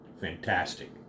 fantastic